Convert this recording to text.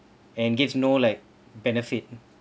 and gives no like benefit